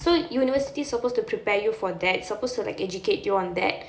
so university suppose to prepare you for that suppose to like educate you on that